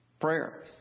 Prayer